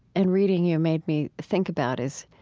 and reading you made me think about is,